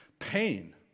pain